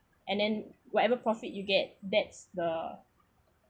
and then whatever profit you get that's the